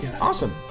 Awesome